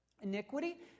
Iniquity